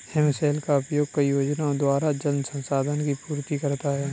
हिमशैल का उपयोग कई योजनाओं द्वारा जल संसाधन की पूर्ति करता है